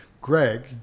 Greg